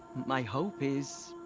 my hope is.